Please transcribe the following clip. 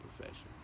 profession